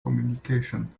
communication